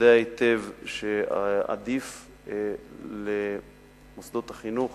יודע היטב שעדיף למוסדות החינוך